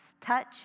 touch